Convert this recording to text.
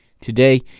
today